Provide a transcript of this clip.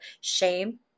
shame